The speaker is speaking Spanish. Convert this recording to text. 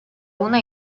una